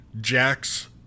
Jax